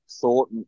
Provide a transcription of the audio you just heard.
thought